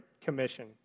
Commission